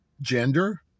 gender